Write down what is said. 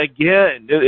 again